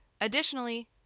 Additionally